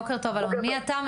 מי אתה?